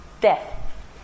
Death